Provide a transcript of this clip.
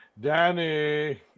danny